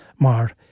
Mar